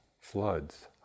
floods